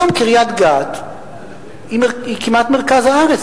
היום קריית-גת היא כמעט מרכז הארץ,